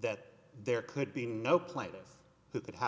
that there could be no play this could have